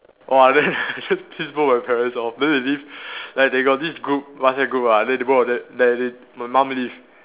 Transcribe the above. !wah! then I just piss both my parents off then they leave like they got this group WhatsApp group ah then the both of them then my mum leave